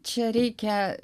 čia reikia